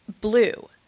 blue